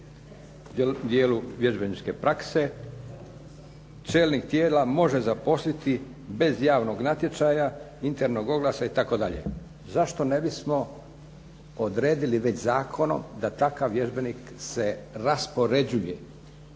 dijelu vježbeničke prakse čelnik tijela može zaposliti bez javnog natječaja, internog oglasa itd. Zašto ne bismo odredili već zakonom da takav vježbenik se raspoređuje